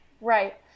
Right